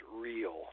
real